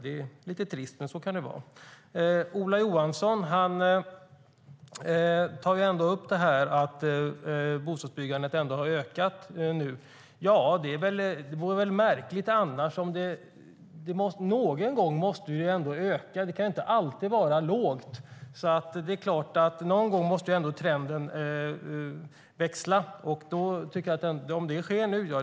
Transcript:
Det är lite trist, men så kan det vara. Ola Johansson tar upp att bostadsbyggandet har ökat nu. Ja, det vore väl märkligt annars. Någon gång måste det ju öka. Det kan inte alltid vara lågt. Det är klart att någon gång måste trenden vända, och om det sker nu är det väl bra.